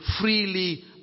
freely